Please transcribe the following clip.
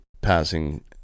passing